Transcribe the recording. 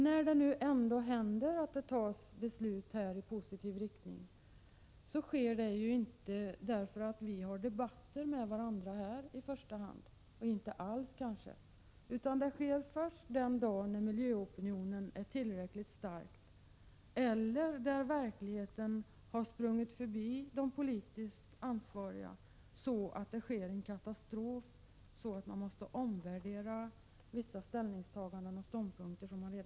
När det nu ändå händer att det fattas beslut här i positiv riktning, sker det inte i första hand därför att vi har debatter med varandra här — kanske inte alls därför — utan det sker först den dag då miljöopinionen är tillräckligt stark eller när verkligheten har sprungit förbi de politiskt ansvariga och det sker en katastrof, så att man måste omvärdera vissa ställningstaganden och ståndpunkter.